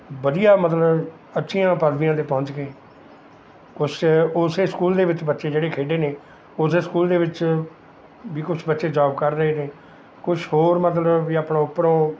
ਵਧੀਆ ਮਤਲਬ ਅੱਛੀਆਂ ਪਦਵੀਆਂ 'ਤੇ ਪਹੁੰਚ ਕੇ ਕੁਛ ਉਸ ਸਕੂਲ ਦੇ ਵਿੱਚ ਬੱਚੇ ਜਿਹੜੇ ਖੇਡੇ ਨੇ ਉਸ ਸਕੂਲ ਦੇ ਵਿੱਚ ਵੀ ਕੁਛ ਬੱਚੇ ਜੋਬ ਕਰ ਰਹੇ ਨੇ ਕੁਛ ਹੋਰ ਮਤਲਬ ਵੀ ਆਪਣਾ ਉੱਪਰੋਂ